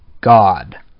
God